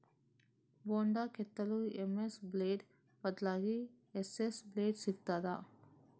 ಬೊಂಡ ಕೆತ್ತಲು MS blade ಬದ್ಲಾಗಿ ಎಸ್.ಎಸ್ ಬ್ಲೇಡ್ ಸಿಕ್ತಾದ?